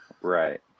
right